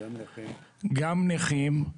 גם נכים.